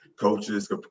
coaches